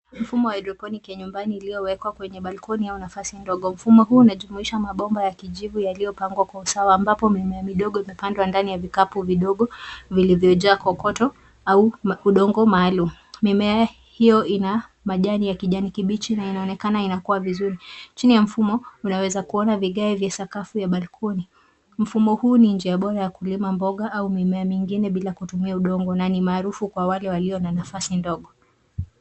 Mfumo ya haidroponiki ya nyumbani iliowekwa kwenye balkoni au nafasi ndogo. Mfumo huu unajumuisha mabomba ya kijivu yaliyopangwa kwa usawa ambapo mimea midogo imepandwa ndani ya vikapu vidogo vilivyojaa kokoto au udongo maalum. Mimea hiyo ina majani ya kijani kibichi na inaonekana inakuwa vizuri. Chini ya mfumo unaweza kuona vigae vya sakafu ya balkoni. Mfumo huu ni njia bora ya kulima mboga au mimea mingine bila kutumia udongo na ni maarufu kwa wale walio na nafasi ndogo.